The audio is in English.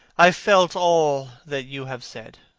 i felt all that you have said,